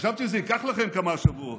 חשבתי שזה ייקח לכם כמה שבועות.